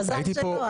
מזל שלא.